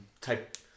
type